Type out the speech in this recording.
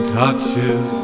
touches